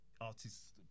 artists